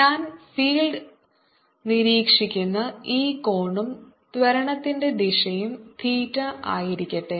ഞാൻ ഫീൽഡ് നിരീക്ഷിക്കുന്ന ഈ കോണും ത്വരണത്തിന്റെ ദിശയും തീറ്റ ആയിരിക്കട്ടെ